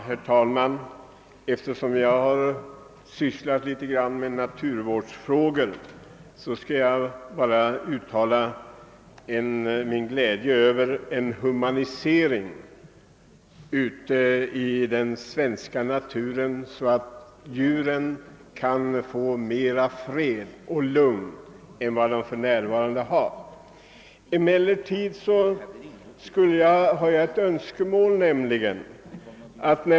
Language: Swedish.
Herr talman! Eftersom jag sysslat li tet med naturvårdsfrågor, skall jag uttåla min glädje över den humanisering i den svenska naturen som blir en följd av den nya jaktlagen, vilken ger djuren mer lugn och ro än de för närvarande har. Jag har emellertid ett önskemål.